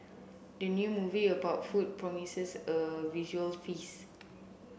the new movie about food promises a visual feast